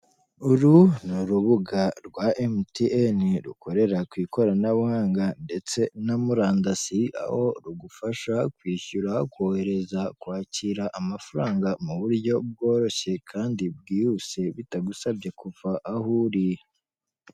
Uru ni urubuga rwa emutiyene rukorera ku ikoranabuhanga ndetse na murandasi aho rugufasha kwishyura kohereza kwakira amafaranga mu buryo bworoshye kandi bwihuse bitagusabye kuva aho uri.